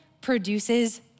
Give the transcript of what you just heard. produces